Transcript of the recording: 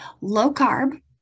low-carb